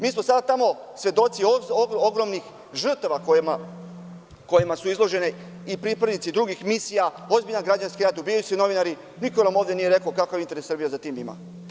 Mi smo sada tamo svedoci ogromnih žrtava kojima su izloženi i pripadnici drugih misija, ozbiljan građanski rat, ubijaju se novinari, niko nam ovde nije rekao kakav interes Srbija za tim ima.